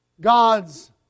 God's